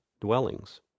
dwellings